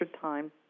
time